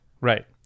Right